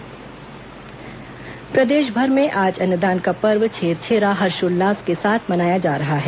छेरछेरा प्रदेशभर में आज अन्नदान का पर्व छेरछेरा हर्षोल्लास के साथ मनाया जा रहा है